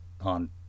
on